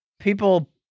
people